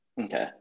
Okay